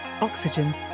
oxygen